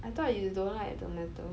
I thought you don't like tomato